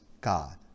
God